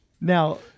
Now